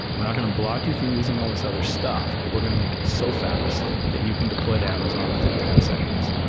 we're not going to block you from using all this other stuff, but we're going to make it so fast that you can deploy to amazon within ten seconds.